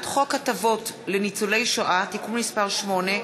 חוק הטבות לניצולי שואה (תיקון מס' 8),